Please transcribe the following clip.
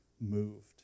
moved